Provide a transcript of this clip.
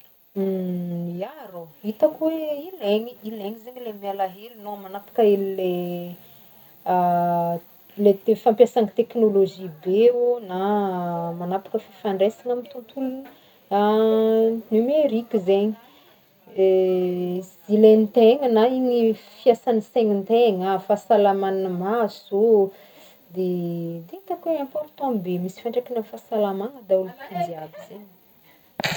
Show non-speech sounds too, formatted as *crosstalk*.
*hesitation* Ya rô, hitako hoe *hesitation* hilaigny- hilaigny zegny le miala hely- non manapaka hely le *hesitation* le te- fampiasagny technologie be ô na *hesitation* magnapaky fifandraisagny amy tontolo *hesitation* numerique zegny *hesitation* ilaintegna na igny fiasagn'ny segnin'tegna, fahasalaman'ny maso ô, de *hesitation* de hitako hoe important be, misy fiantraikagny amy fahasalamagna daholo ko izy jiaby zegny.